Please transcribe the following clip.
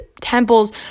temples